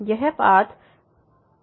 यह पाथ पर निर्भर करता है